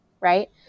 right